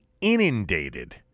inundated